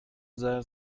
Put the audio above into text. زرد